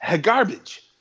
garbage